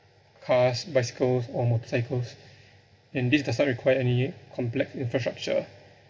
cars bicycles or motorcycles and this does not require any complex infrastructure